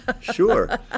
Sure